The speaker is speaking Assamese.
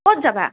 ক'ত যাবা